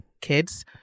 kids